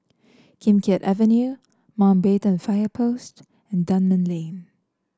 Kim Keat Avenue Mountbatten Fire Post and Dunman Lane